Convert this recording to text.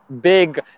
big